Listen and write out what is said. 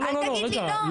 אל תגיד לי לא.